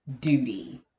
duty